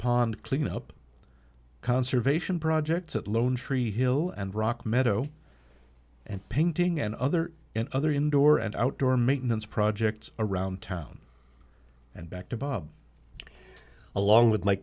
pond cleanup conservation projects at lone tree hill and rock meadow and painting and other and other indoor and outdoor make mince projects around town and back to bob along with my